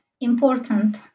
important